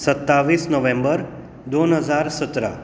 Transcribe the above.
सत्तावीस नोव्हेंबर दोन हजार सतरा